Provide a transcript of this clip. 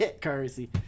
currency